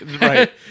Right